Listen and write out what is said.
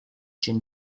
chin